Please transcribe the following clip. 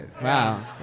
Wow